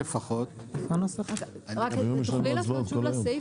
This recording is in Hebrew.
אל תחזירו את המצב בצורה